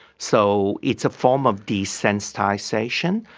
so it's a form of desensitisation.